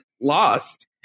lost